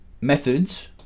methods